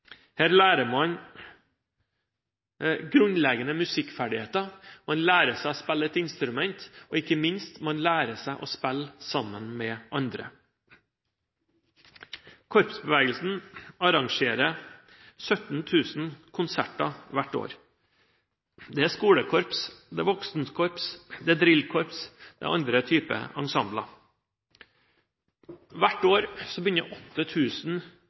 Her lærer man grunnleggende musikkferdigheter, man lærer seg å spille et instrument, og – ikke minst – man lærer seg å spille sammen med andre. Korpsbevegelsen arrangerer 17 000 konserter hvert år. Det er skolekorps, det er voksenkorps, det er drillkorps – det er andre typer ensembler. Hvert år begynner